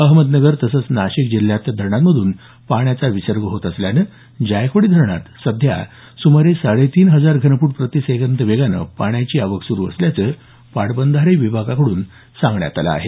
अहमदनगर तसंच नाशिक जिल्ह्यातल्या धरणांमधून पाण्याचा विसर्ग होत असल्यानं जायकवाडी धरणात सध्या सुमारे साडे तीन हजार घनफूट प्रतिसेकंद वेगानं पाण्याची आवक सुरू असल्याचं पाटबंधारे विभागाकडून सांगण्यात आलं आहे